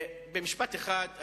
במשפט אחד,